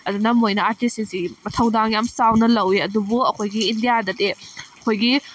ꯑꯗꯨꯅ ꯃꯣꯏꯅ ꯑꯥꯔꯇꯤꯁꯁꯤꯡꯁꯤ ꯃꯊꯧꯗꯥꯡ ꯌꯥꯝꯅ ꯆꯥꯎꯅ ꯂꯧꯏ ꯑꯗꯨꯕꯨ ꯑꯩꯈꯣꯏꯒꯤ ꯏꯟꯗꯤꯌꯥꯗꯗꯤ ꯑꯩꯈꯣꯏꯒꯤ